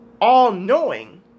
all-knowing